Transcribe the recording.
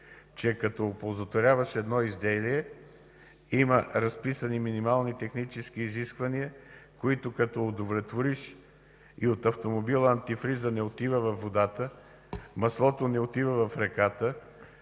че като оползотворяваш едно изделие, има разписани минимални технически изисквания, които да удовлетвориш. И антифризът от автомобила не отива във водата, маслото не отива в реката,